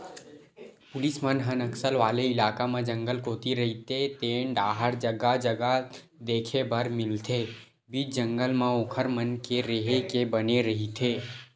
police मन ह नक्सल वाले इलाका म जंगल कोती रहिते तेन डाहर जगा जगा देखे बर मिलथे बीच जंगल म ओखर मन के रेहे के बने रहिथे